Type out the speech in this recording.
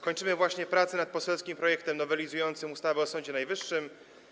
Kończymy właśnie prace nad poselskim projektem nowelizującym ustawę o Sądzie Najwyższym.